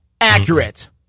accurate